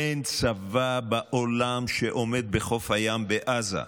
אין צבא בעולם שעומד בחוף הים בעזה,